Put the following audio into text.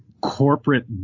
corporate